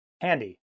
handy